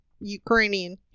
Ukrainian